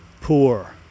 poor